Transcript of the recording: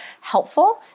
helpful